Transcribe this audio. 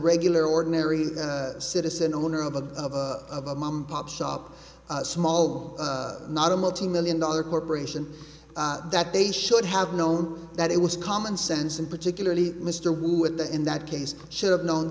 regular ordinary citizen owner of a of a of a mom pop shop small not a multimillion dollar corporation that they should have known that it was common sense and particularly mr wood the in that case should have known